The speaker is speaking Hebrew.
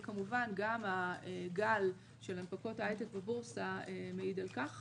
וכמובן גם הגל של הנפקות הייטק בבורסה מעיד על כך.